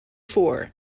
four